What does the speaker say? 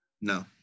No